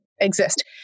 exist